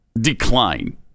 decline